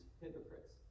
hypocrites